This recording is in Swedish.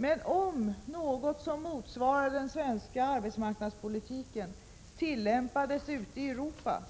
Men om något som motsvarar den svenska arbetsmarknadspolitiken tillämpades ute i Europa,